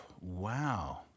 wow